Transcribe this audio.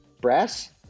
brass